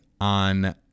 on